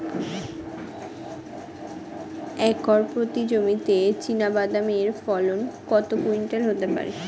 Acre প্রতি জমিতে চীনাবাদাম এর ফলন কত কুইন্টাল হতে পারে?